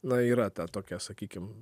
na yra ta tokia sakykim